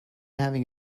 having